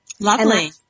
Lovely